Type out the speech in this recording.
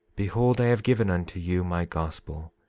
behold i have given unto you my gospel,